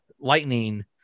lightning